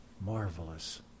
marvelous